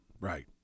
Right